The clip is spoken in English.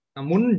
Namun